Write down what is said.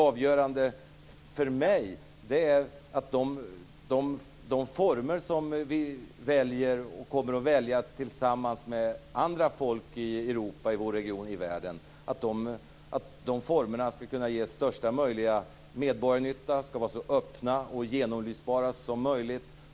Avgörande för mig är att de former som vi väljer, och kommer att välja, tillsammans med andra folk i Europa, i vår region av världen, kan ge största möjliga medborgarnyttan. Vidare skall de vara så öppna och genomlysbara som möjligt.